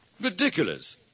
Ridiculous